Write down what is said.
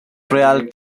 real